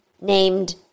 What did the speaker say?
named